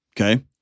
okay